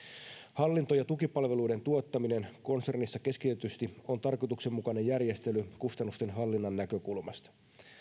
hallinto ja tukipalveluiden tuottaminen konsernissa keskitetysti on tarkoituksenmukainen järjestely kustannusten hallinnan näkökulmasta